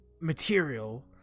material